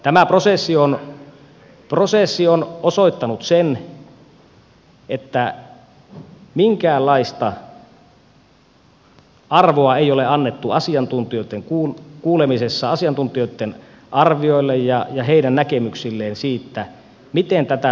tämä prosessi on osoittanut sen että minkäänlaista arvoa ei ole annettu asiantuntijoitten kuulemisessa asiantuntijoitten arvioille ja heidän näkemyksilleen siitä miten tätä pitäisi kehittää